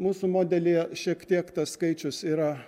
mūsų modelyje šiek tiek tas skaičius yra